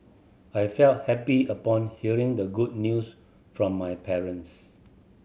I felt happy upon hearing the good news from my parents